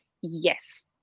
Yes